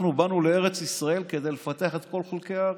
אנחנו באנו לארץ ישראל כדי לפתח את כל חלקי הארץ,